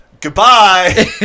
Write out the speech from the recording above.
Goodbye